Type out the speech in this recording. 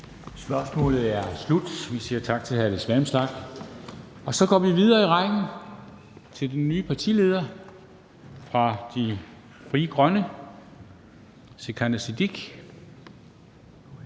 Spørgsmålet er slut. Vi siger tak til hr. Alex Vanopslagh. Så går vi videre i rækken til den nye partileder fra Frie Grønne, som er